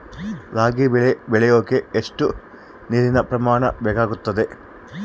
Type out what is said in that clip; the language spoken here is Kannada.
ರಾಗಿ ಬೆಳೆ ಬೆಳೆಯೋಕೆ ಎಷ್ಟು ನೇರಿನ ಪ್ರಮಾಣ ಬೇಕಾಗುತ್ತದೆ?